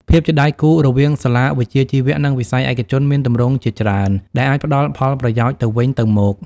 ភាពជាដៃគូរវាងសាលាវិជ្ជាជីវៈ និងវិស័យឯកជនមានទម្រង់ជាច្រើនដែលអាចផ្តល់ផលប្រយោជន៍ទៅវិញទៅមក។